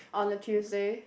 on a Tuesday